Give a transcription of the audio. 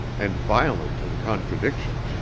and violent in contradiction.